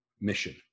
mission